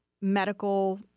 medical